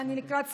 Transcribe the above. אני לקראת סיום.